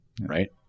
right